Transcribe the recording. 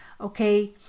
Okay